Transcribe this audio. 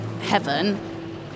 heaven